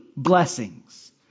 blessings